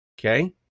Okay